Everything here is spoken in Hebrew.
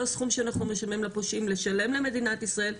סכום שאנחנו משלמים לפושעים לשלם למדינת ישראל,